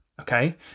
okay